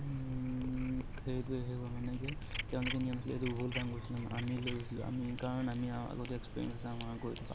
সেইটো সেইবোৰ মানে কি আমি আগতে এক্সপেৰিয়েঞ্চ আছে গৈ থকা